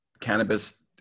cannabis